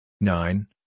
Nine